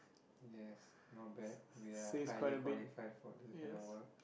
yes not bad we are highly qualified for this kind of work